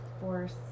Force